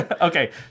Okay